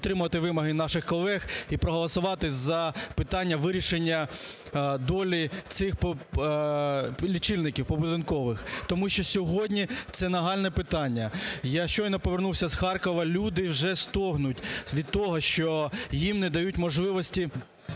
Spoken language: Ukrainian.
підтримати вимоги наших колег і проголосувати за питання вирішення долі цих лічильників, побудинкових. Тому що сьогодні це нагальне питання. Я щойно повернувся з Харкова. Люди вже стогнуть від того, що їм не дають можливості